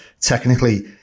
technically